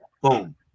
boom